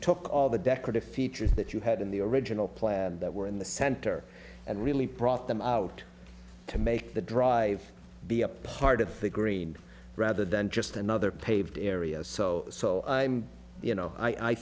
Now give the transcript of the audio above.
took all the decorative features that you had in the original plaid that were in the center and really prop them out to make the drive be a part of the green rather than just another paved area so so i'm you know i